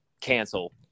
cancel